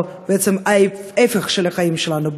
או בעצם ההפך מהחיים שלנו,